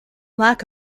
lack